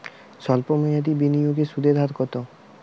সল্প মেয়াদি বিনিয়োগের সুদের হার কত?